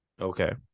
Okay